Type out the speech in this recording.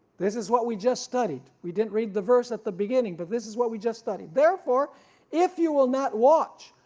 this is what we just studied we didn't read the verse at the beginning but this is what we just studied. therefore if you will not watch,